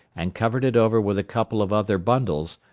and covered it over with a couple of other bundles,